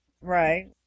right